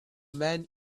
man